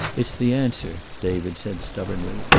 it's the answer, david said stubbornly.